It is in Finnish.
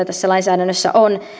tässä lainsäädännössä on